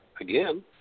Again